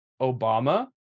Obama